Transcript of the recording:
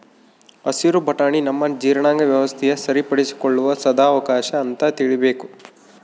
ಹಸಿರು ಬಟಾಣಿ ನಮ್ಮ ಜೀರ್ಣಾಂಗ ವ್ಯವಸ್ಥೆನ ಸರಿಪಡಿಸಿಕೊಳ್ಳುವ ಸದಾವಕಾಶ ಅಂತ ತಿಳೀಬೇಕು